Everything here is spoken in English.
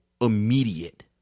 immediate